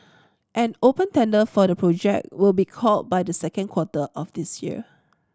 an open tender for the project will be called by the second quarter of this year